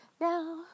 now